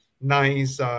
nice